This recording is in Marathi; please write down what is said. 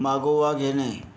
मागोवा घेणे